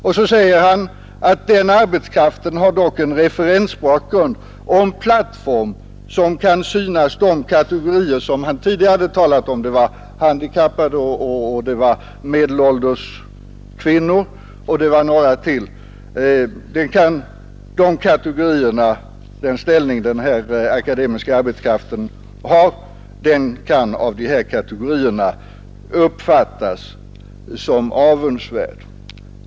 Och så sade han att den arbetskraften dock har en referensbakgrund och plattform som gör att de kategorier han tidigare hade talat om — handikappade, medelålders kvinnor och några till — kan uppfatta den ställning denna akademiska arbetskraft har som avundsvärd.